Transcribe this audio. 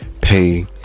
pay